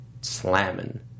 slamming